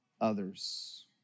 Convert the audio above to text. others